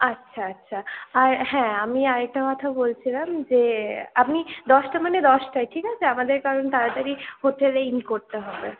আচ্ছা আচ্ছা আর হ্যাঁ আমি আর একটা কথা বলছিলাম যে আপনি দশটা মানে দশটাই ঠিক আছে আমাদের কারণ তাড়াতাড়ি হোটেলে ইন করতে হবে